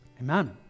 Amen